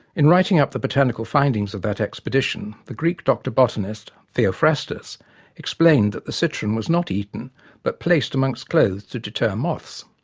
in writing up the botanical findings of that expedition, the greek doctor-botanist, theophrastus explained that the citron was not eaten but placed amongst clothes to deter moths.